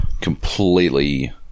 completely